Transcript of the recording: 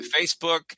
Facebook